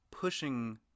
pushing